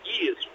years